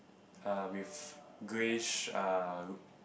err with greyish err